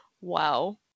Wow